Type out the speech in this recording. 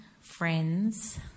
friends